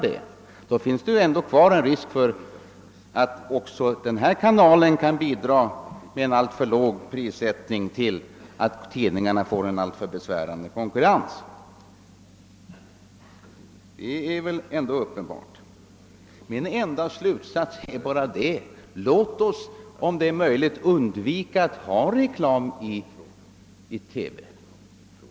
Det finns därtill en risk för att kanalen kan ha en alltför låg prissättning, så att tidningarna får en alltför besvärande konkurrens. Detta är väl ändå uppenbart. Jag vill bara understryka att vi bör undvika att införa reklam i TV.